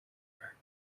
her